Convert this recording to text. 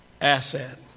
asset